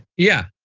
yeah,